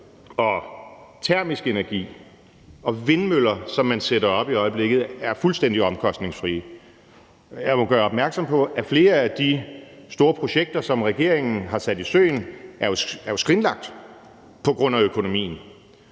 den termiske energi og de vindmøller, som man sætter op i øjeblikket, er fuldstændig omkostningsfrie. Jeg må gøre opmærksom på, at flere af de store projekter, som regeringen har sat i søen, jo er skrinlagt på grund af økonomien.